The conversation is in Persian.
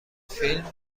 فیلم